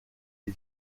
les